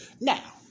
Now